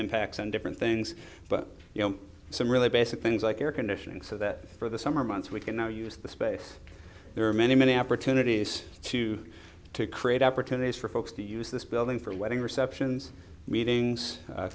impact on different things but you know some really basic things like air conditioning so that for the summer months we can now use the space there are many many opportunities to create opportunities for folks to use this building for a wedding receptions meetings